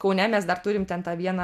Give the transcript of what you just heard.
kaune mes dar turim ten tą vieną